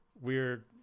weird